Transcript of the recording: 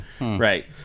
right